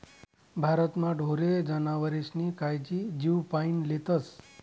भारतमा ढोरे जनावरेस्नी कायजी जीवपाईन लेतस